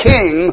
King